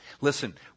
listen